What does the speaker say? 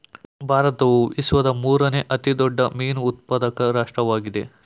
ಭಾರತವು ವಿಶ್ವದ ಮೂರನೇ ಅತಿ ದೊಡ್ಡ ಮೀನು ಉತ್ಪಾದಕ ರಾಷ್ಟ್ರವಾಗಿದೆ